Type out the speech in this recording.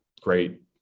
great